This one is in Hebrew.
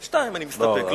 שתיים, אני מסתפק.